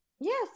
Yes